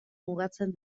mugatzen